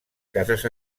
cases